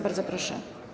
Bardzo proszę.